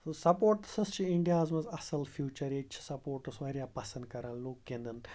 سُہ سپوٹسَس چھِ اِنڈیاہَس منٛز اَصٕل فیوٗچَر ییٚتہِ چھِ سپوٹٕس واریاہ پَسنٛد کَران لُکھ گِنٛدُن